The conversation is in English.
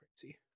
crazy